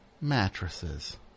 Mattresses